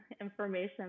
information